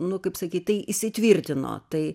nu kaip sakyt tai įsitvirtino tai